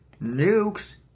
nukes